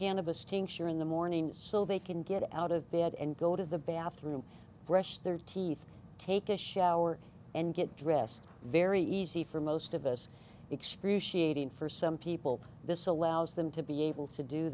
ensure in the morning so they can get out of bed and go to the bathroom brush their teeth take a shower and get dressed very easy for most of us excruciating for some people this allows them to be able to do